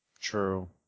True